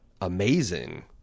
amazing